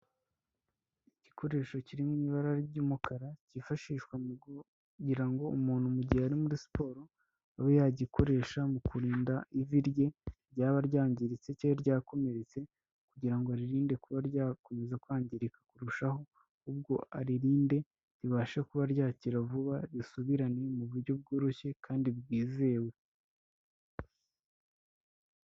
Igikoresho kiri mu ibara ry'umukara cyifashishwa mu kugira ngo umuntu mu gihe ari muri siporo abe yagikoresha mu kurinda ivi rye, ryaba ryangiritse cyangwa ryakomeretse kugira ngo aririnde kuba ryakomeza kwangirika kurushaho, ahubwo aririnde ribashe kuba ryakira vuba risubirane mu buryo bworoshye kandi bwizewe.